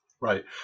Right